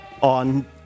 on